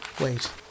Wait